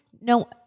no